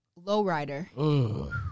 lowrider